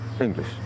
English